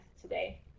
today